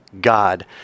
God